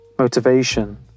Motivation